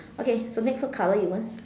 okay so next what color you want